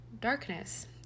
darkness